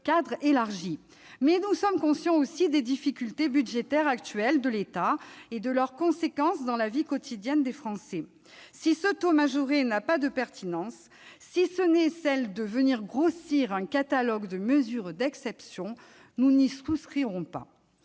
cadre élargi, mais nous connaissons aussi les difficultés budgétaires actuelles de l'État et leurs conséquences sur la vie quotidienne des Français. Si ce taux majoré n'a pas de pertinence, si ce n'est celle de venir grossir un catalogue de mesures d'exception, nous n'y souscrirons pas.